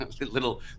little